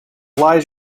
lies